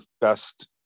best